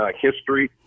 history